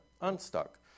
unstuck